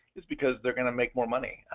just because they're going to make more money,